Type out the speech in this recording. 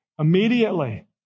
immediately